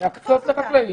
להקצות לחקלאים.